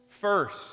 First